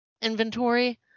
inventory